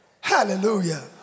hallelujah